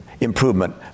improvement